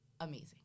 amazing